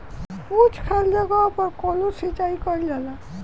उच्च खाल जगह पर कोल्हू सिचाई कइल जाला